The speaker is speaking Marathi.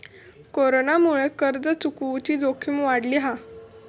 कोरोनामुळे कर्ज चुकवुची जोखीम वाढली हा